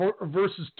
versus